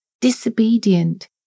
disobedient